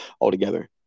altogether